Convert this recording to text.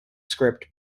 script